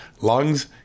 lungs